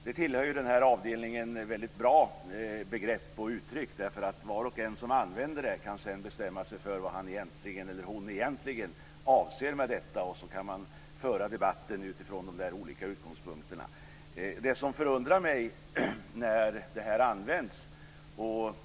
Det tillhör avdelningen väldigt bra begrepp och uttryck därför att var och en som använder det kan bestämma vad han eller hon egentligen avser med detta och kan föra debatten från den utgångspunkten.